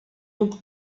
mógł